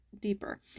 deeper